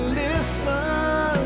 listen